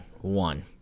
One